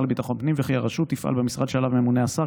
לביטחון הפנים וכי הרשות תפעל במשרד שעליו ממונה השר,